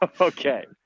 Okay